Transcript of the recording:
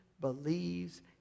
believes